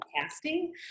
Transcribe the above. casting